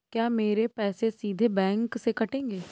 क्या मेरे पैसे सीधे बैंक से कटेंगे?